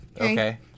Okay